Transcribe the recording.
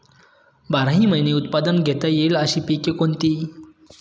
बाराही महिने उत्पादन घेता येईल अशी पिके कोणती?